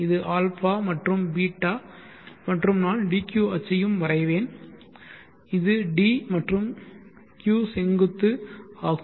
இது α மற்றும் ß மற்றும் நான் dq அச்சையும் வரைவேன் இது d மற்றும் q செங்குத்து ஆகும்